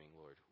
Lord